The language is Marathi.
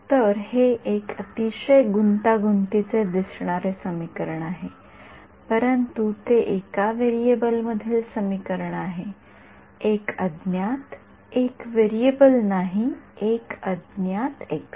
तर हे एक अतिशय गुंतागुंतीचे दिसणारे समीकरण आहे परंतु ते एका व्हेरिएबल मधील समीकरण आहे एक अज्ञात एक व्हेरिएबल नाही एक अज्ञात एक्स